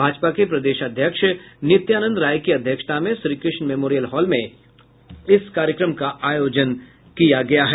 भाजपा के प्रदेश अध्यक्ष नित्यानंद राय की अध्यक्षता में श्रीकृष्ण मेमोरियल हॉल में इस कार्यक्रम का आयोजन किया गया है